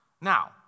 Now